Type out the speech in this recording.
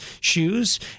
shoes